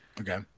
Okay